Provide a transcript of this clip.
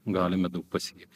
galime daug pasiekti